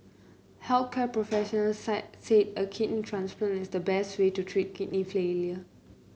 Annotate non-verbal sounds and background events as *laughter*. health care professionals *unintelligible* said a kidney transplant is the best way to treat kidney failure